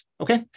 Okay